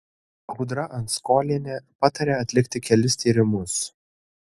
audra anskolienė patarė atlikti kelis tyrimus